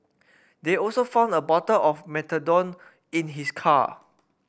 they also found a bottle of methadone in his car